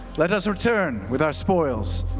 let us return with our spoils,